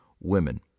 women